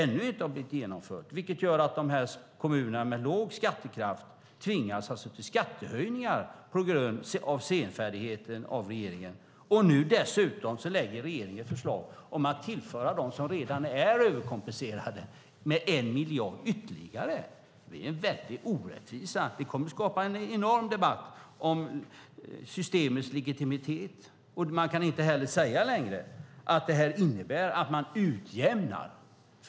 Det gör att kommunerna med låg skattekraft tvingas till skattehöjningar på grund av regeringens senfärdighet. Dessutom lägger regeringen fram förslag om att tillföra dem som redan är överkompenserade 1 miljard ytterligare. Det är en väldig orättvisa. Det kommer att skapa en enorm debatt om systemets legitimitet. Man kan heller inte längre säga att det innebär att man utjämnar.